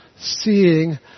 seeing